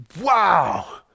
Wow